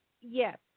yes